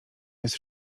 jest